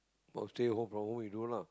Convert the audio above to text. oh stay home from home you do lah